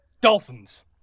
Dolphins